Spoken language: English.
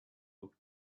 book